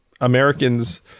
Americans